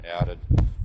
added